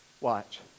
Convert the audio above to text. Watch